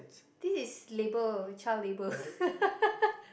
this is labor child labor